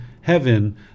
heaven